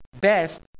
best